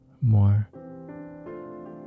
more